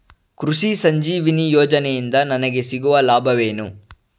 ಕೃಷಿ ಸಂಜೀವಿನಿ ಯೋಜನೆಯಿಂದ ನನಗೆ ಸಿಗುವ ಲಾಭವೇನು?